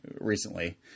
recently